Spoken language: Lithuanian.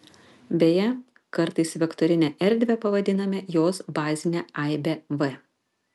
beje kartais vektorine erdve pavadiname jos bazinę aibę v